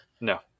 no